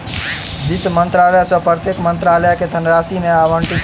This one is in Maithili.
वित्त मंत्रालय सॅ प्रत्येक मंत्रालय के धनराशि आवंटित भेल